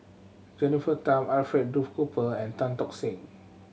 Jennifer Tham Alfred Duff Cooper and Tan Tock Seng